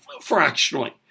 fractionally